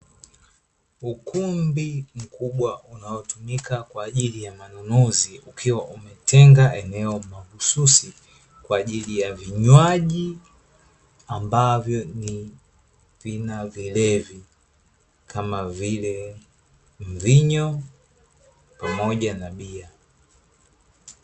Ukumbi mkubwa unaotumika kwa ajili ya manunuzi ukiwa umetenga eneo mahususi kwa ajili ya vinywaji ambavyo vina vilevi kama vile: mvinyo pamoja na bia.